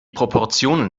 proportionen